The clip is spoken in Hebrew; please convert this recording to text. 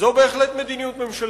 זו בהחלט מדיניות ממשלתית.